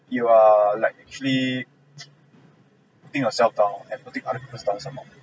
you are like actually putting yourself down and putting other people's down some more